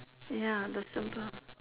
ya the simple